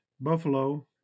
Buffalo